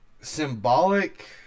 symbolic